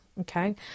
okay